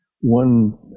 one